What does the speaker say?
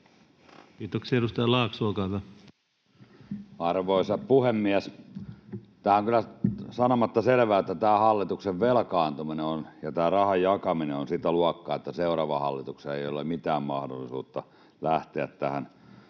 Kiitoksia. — Edustaja Laakso, olkaa hyvä. Arvoisa puhemies! Tämä on kyllä sanomatta selvää, että tämä hallituksen velkaantuminen ja rahan jakaminen ovat sitä luokkaa, että seuraavan hallituksen ei ole mitään mahdollisuutta lähteä